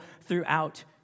throughout